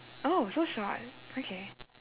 oh so short okay